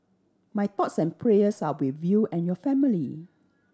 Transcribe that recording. my thoughts and prayers are with you and your family